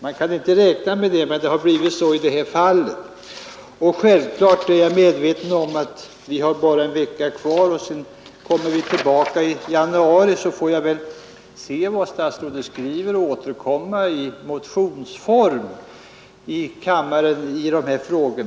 Man kan inte räkna med det, men det har blivit så i detta fall. Självklart är jag medveten om att vi bara har en vecka kvar, och sedan kommer vi tillbaka i januari, och då får jag väl se vad statsrådet skrivit och återkomma i motionsform i riksdagen i dessa frågor.